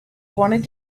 wanted